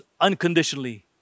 unconditionally